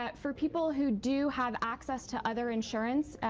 ah for people who do have access to other insurance,